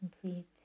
complete